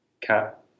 cat